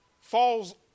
falls